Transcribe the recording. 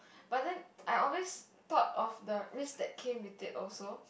but then I always thought of the risk that came with it also